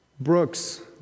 Brooks